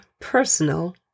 personal